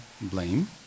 blame